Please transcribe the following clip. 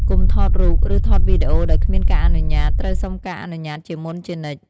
កុំថតរូប ឬថតវីដេអូដោយគ្មានការអនុញ្ញាតត្រូវសុំការអនុញ្ញាតជាមុនជានិច្ច។